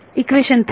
equation 3